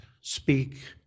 speak